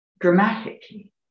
dramatically